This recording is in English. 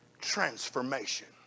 Transformation